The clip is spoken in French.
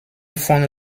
fonde